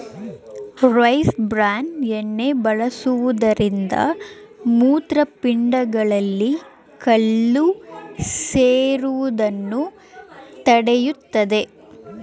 rice bran ಎಣ್ಣೆ ಬಳಸುವುದರಿಂದ ಮೂತ್ರಪಿಂಡಗಳಲ್ಲಿ ಕಲ್ಲು ಸೇರುವುದನ್ನು ತಡೆಯುತ್ತದೆ